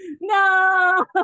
No